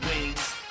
wings